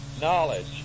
Knowledge